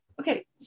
okay